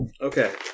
Okay